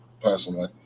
Personally